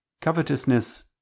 covetousness